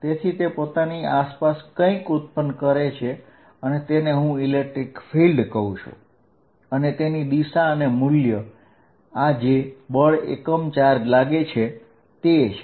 તેથી તે પોતાની આસપાસ કંઈક ઉત્પન્ન કરે છે અને તેને હું વિદ્યુતક્ષેત્ર કહું છું અને તેની દિશા અને મૂલ્ય આ જે બળ એકમ ચાર્જ લાગે છે તે છે